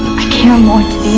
care more to be